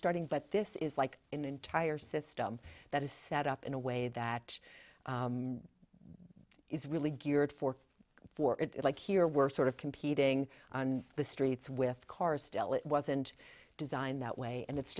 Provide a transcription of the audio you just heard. starting but this is like an entire system that is set up in a way that it's really geared for for it like here we're sort of competing on the streets with cars still it wasn't designed that way and it's